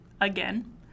again